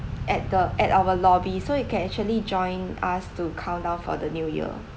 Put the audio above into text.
at the at our lobby so you can actually join us to countdown for the new year